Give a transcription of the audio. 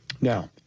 Now